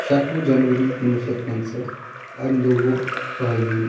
شتوُہ جنؤری کُنوُہ شیٚتھ پنٛژہ امہِ دۄہ گوٚوأییٖن